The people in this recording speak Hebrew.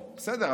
בסדר,